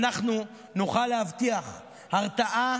אנחנו נוכל להבטיח הרתעה